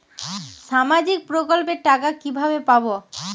সামাজিক প্রকল্পের টাকা কিভাবে পাব?